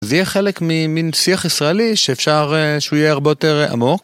זה יהיה חלק מן שיח ישראלי שאפשר שהוא יהיה הרבה יותר עמוק.